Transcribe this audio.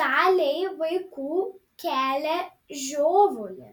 daliai vaikų kelia žiovulį